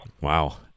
Wow